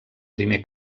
primer